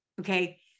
okay